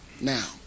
Now